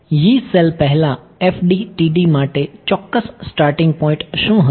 Yee cell પહેલા FDTD માટે ચોક્કસ સ્ટાર્ટિંગ પોઈન્ટ શું હતું